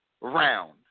round